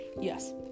Yes